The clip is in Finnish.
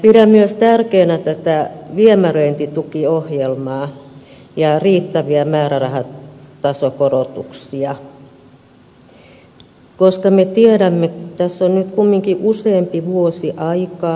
pidän myös tärkeänä tätä viemäröintitukiohjelmaa ja riittäviä määrärahan tasokorotuksia koska tässä on nyt kumminkin useampi vuosi aikaa